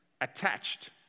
attached